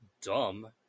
dumb